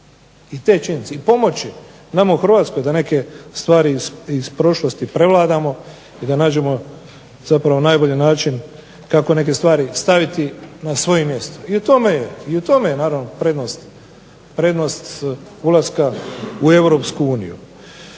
i te činjenice i pomoći nama u Hrvatskoj da neke stvari iz prošlosti prevladamo i da nađemo pravi način kako neke stvari staviti na svoje mjesto. I u tome je naravno prednost ulaska u EU.